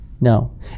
No